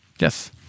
Yes